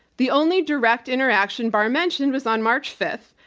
the only direct interaction barr mentioned was on march fifth,